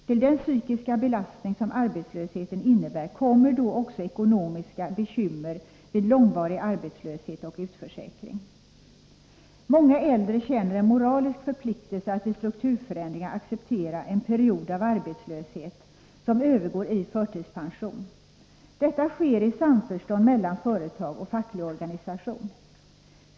Till den psykiska belastning som arbetslösheten innebär kommer då också ekonomiska bekymmer vid långvarig arbetslöshet och utförsäkring. Många äldre känner en moralisk förpliktelse att vid strukturförändringar acceptera en period av arbetslöshet som övergår i förtidspension. Detta sker i samförstånd mellan företag och facklig organisation.